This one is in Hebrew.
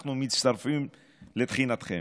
אנחנו מצטרפים לתחינתכם.